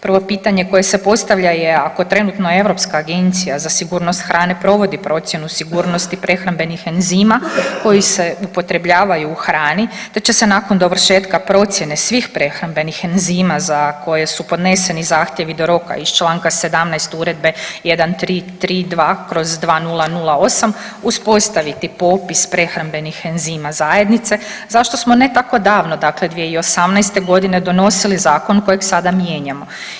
Prvo pitanje koje se postavlja je, ako trenutno Europska agencija za sigurnost hrane provodi procjenu sigurnosti prehrambenih enzima koji se upotrebljavaju u hrani te će se nakon dovršetka procjene svih prehrambenih enzima za koje su podneseni zahtjevi do roka iz čl. 17 Uredbe 1332/2008 uspostaviti popis prehrambenih enzima zajednice, zašto smo ne tako davno, dakle 2018. g. donosili zakon kojeg sada mijenjamo?